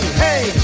hey